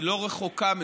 היא לא רחוקה מזה,